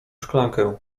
szklankę